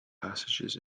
passages